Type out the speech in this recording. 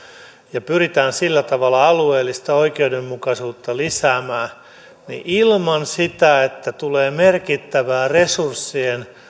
ja pyritään sillä tavalla alueellista oikeudenmukaisuutta lisäämään niin ilman sitä että tulee merkittävää resurssien